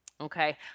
okay